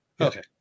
Okay